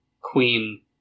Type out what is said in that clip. Queen